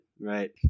right